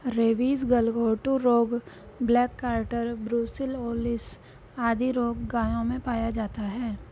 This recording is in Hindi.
रेबीज, गलघोंटू रोग, ब्लैक कार्टर, ब्रुसिलओलिस आदि रोग गायों में पाया जाता है